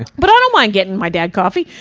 but i don't mind getting my dad coffee.